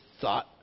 thought